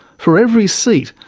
for every seat,